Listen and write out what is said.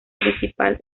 principal